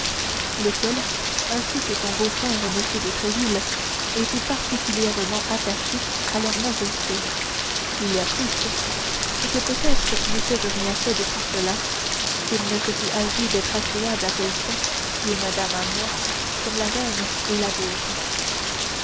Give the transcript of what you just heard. lequel ainsi que son beau-frère m de tréville est tout particulièrement attaché à leurs majestés j'ai donc tout fait pour la reine et rien pour votre grâce il y a plus c'est que peut-être neussé je rien fait de tout cela s'il ne se fût agi d'être agréable à quelqu'un qui est ma dame à moi comme la reine est la vôtre